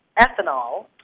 ethanol